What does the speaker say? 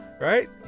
Right